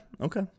okay